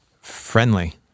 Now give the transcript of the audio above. Friendly